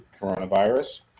coronavirus